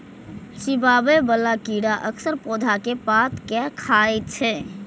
चिबाबै बला कीड़ा अक्सर पौधा के पात कें खाय छै